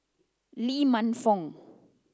Lee Man Fong